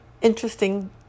interesting